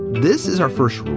this is our first rule.